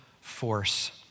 force